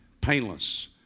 painless